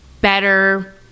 better